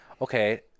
okay